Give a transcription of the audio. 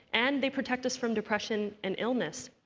and they protect us from depression and illness.